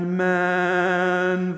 man